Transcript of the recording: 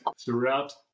throughout